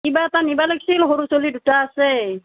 কিবা এটা নিব লাগিছিল সৰু চলি দুটা আছে